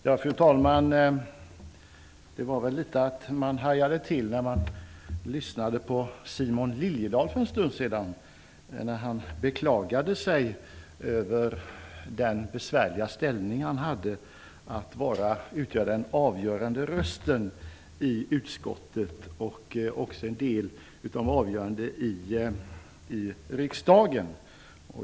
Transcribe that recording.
Fru talman! Jag hajade till litet grand när jag lyssnade på Simon Liliedahl för en stund sedan när han beklagade sig över den besvärliga ställning som han hade genom att ha den avgörande rösten i utskottet och likaså en del av ansvaret för avgörandet i riksdagen.